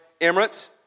Emirates